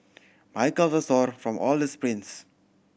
my calves sore from all the sprints